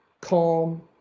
calm